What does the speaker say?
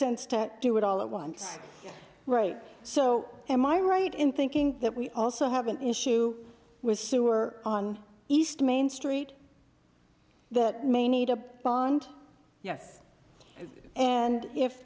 sense to do it all at once right so am i right in thinking that we also have an issue with sewer on east main street that may need a bond yes and if